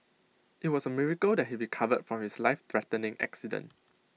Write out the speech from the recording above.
IT was A miracle that he recovered from his lifethreatening accident